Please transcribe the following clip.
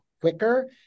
quicker